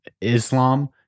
islam